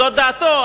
זו דעתו,